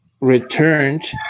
returned